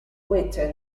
with